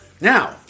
Now